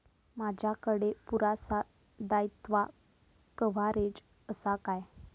माजाकडे पुरासा दाईत्वा कव्हारेज असा काय?